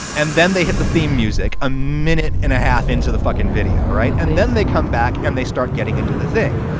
and then they hit the theme music a minute and a half into the fuckin video. all right. and and then they come back and they start getting into the thing.